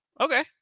okay